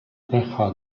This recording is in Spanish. reja